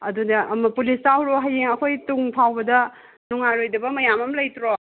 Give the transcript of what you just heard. ꯑꯗꯨꯅ ꯑꯃꯨꯛ ꯄꯨꯂꯤꯁ ꯇꯥꯛꯎꯔꯣ ꯍꯌꯦꯡ ꯑꯩꯈꯣꯏ ꯇꯨꯡ ꯐꯥꯎꯕꯗ ꯅꯨꯡꯉꯥꯏꯔꯣꯏꯗꯕ ꯃꯌꯥꯝ ꯑꯃ ꯂꯩꯇ꯭ꯔꯣ